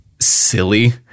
silly